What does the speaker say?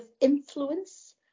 influence